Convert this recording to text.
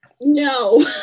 No